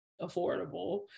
affordable